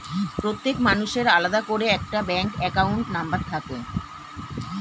প্রত্যেক মানুষের আলাদা করে একটা ব্যাঙ্ক অ্যাকাউন্ট নম্বর থাকে